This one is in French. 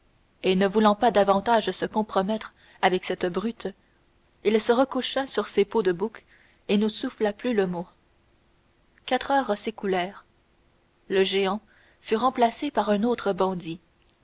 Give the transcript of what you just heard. et ne voulant pas davantage se commettre avec cette brute il se recoucha sur ses peaux de bouc et ne souffla plus le mot quatre heures s'écoulèrent le géant fut remplacé par un autre bandit